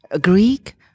Greek